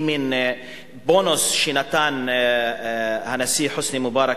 היא מין בונוס שנתן הנשיא חוסני מובארק,